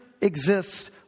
exists